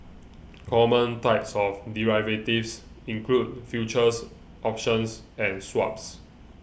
common types of derivatives include futures options and swaps